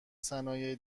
صنایع